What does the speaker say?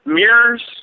mirrors